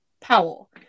Powell